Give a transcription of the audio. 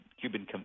Cuban